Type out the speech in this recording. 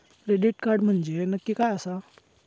Credit card म्हंजे नक्की काय आसा?